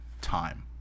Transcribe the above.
time